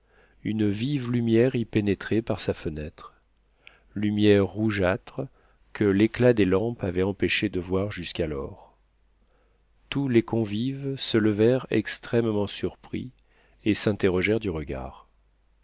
une vive lumière y pénétrait par sa fenêtre lumière rougeâtre que l'éclat des lampes avait empêché de voir jusqu'alors tous les convives se levèrent extrêmement surpris et s'interrogèrent du regard